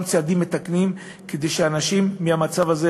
צעדים מתקנים כדי שאנשים יצאו מהמצב הזה,